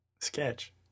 sketch